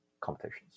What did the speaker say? competitions